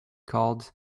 called